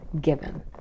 given